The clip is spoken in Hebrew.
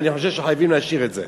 ואני חושב שחייבים להשאיר את זה.